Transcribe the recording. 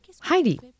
Heidi